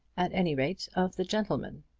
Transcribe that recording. at any rate of the gentleman.